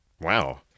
wow